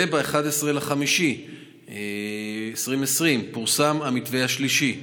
ב-11 במאי 2020 פורסם המתווה השלישי,